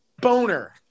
boner